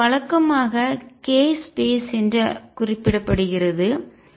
மேலும் இது வழக்கமாக k ஸ்பேஸ் என்று குறிப்பிடப்படுகிறது